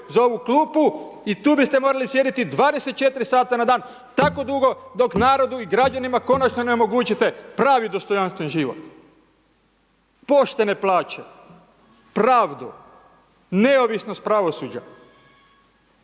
za ovu klupu i tu biste trebali sjediti 24 sata na dan, tako dugo dok narodu i građanima konačno ne omogućite pravi dostojanstven život, poštene plaće, pravdu, neovisnost pravosuđa,